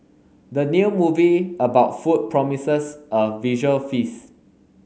the new movie about food promises a visual feast